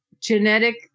genetic